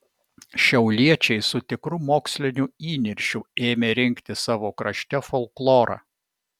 šiauliečiai su tikru moksliniu įniršiu ėmė rinkti savo krašte folklorą